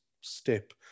step